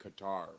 Qatar